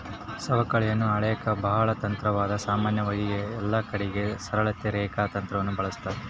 ಸವಕಳಿಯನ್ನ ಅಳೆಕ ಬಾಳ ತಂತ್ರಾದವ, ಸಾಮಾನ್ಯವಾಗಿ ಎಲ್ಲಕಡಿಗೆ ಸರಳ ರೇಖೆ ತಂತ್ರವನ್ನ ಬಳಸ್ತಾರ